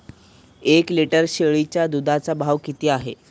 एक लिटर शेळीच्या दुधाचा भाव काय आहे?